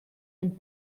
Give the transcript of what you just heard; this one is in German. ein